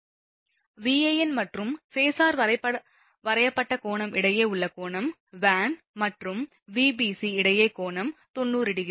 Van மற்றும் phasor வரையப்பட்ட கோணம் இடையே உள்ள கோணம் வேன் மற்றும் Vbc இடையே கோணம் 90°